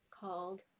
called